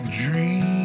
dream